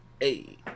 hey